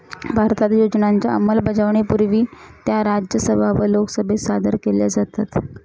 भारतात योजनांच्या अंमलबजावणीपूर्वी त्या राज्यसभा व लोकसभेत सादर केल्या जातात